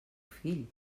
fill